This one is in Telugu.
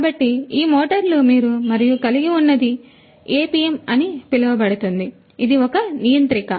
కాబట్టి ఈ మోటార్లు మరియు మీరు కలిగి ఉన్నది ఇది APM అని పిలువబడుతుంది ఇది ఒక నియంత్రిక